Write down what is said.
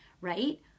right